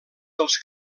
dels